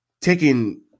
taking